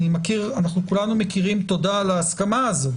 אנחנו כולנו מוקירים תודה על ההסכמה הזאת,